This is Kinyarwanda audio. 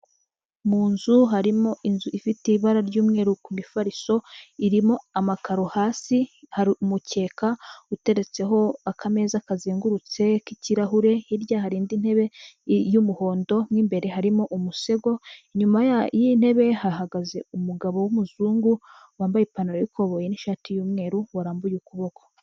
Mu nzu harimo inzu ifite ibara ry'umweru ku mifariso irimo amakaro, hasi hari umukeka uteretseho akameza kazengurutse k'ikirahure, hirya hari indi ntebe y'umuhondo mo imbere harimo umusego, inyuma y'intebe hahagaze umugabo w'umuzungu wambaye ipantaro y'ikoboyi n'ishati y'umweru warambuye ukuboko.